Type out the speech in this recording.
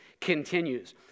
continues